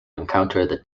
encounter